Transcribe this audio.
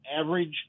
average